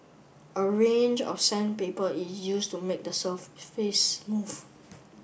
a range of sandpaper is used to make the surface smooth